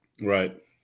right